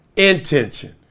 intention